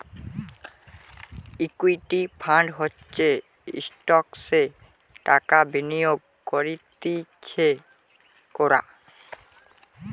equity fund হচ্ছে স্টকসে টাকা বিনিয়োগ করতিছে কোরা